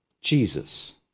Jesus